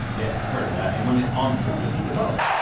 yeah i've heard of that and when it's on the surface, it's a boat.